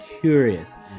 curious